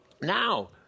now